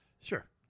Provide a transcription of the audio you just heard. Sure